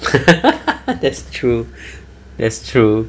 that's true that's true